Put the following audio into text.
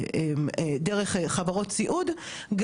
גם לעובדים שנמצאים פה באופן לא חוקי בישראל,